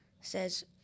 says